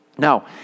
Now